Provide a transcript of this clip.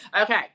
Okay